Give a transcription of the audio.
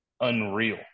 unreal